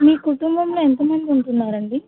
మీ కుటుంబంలో ఎంత మంది ఉంటున్నారండి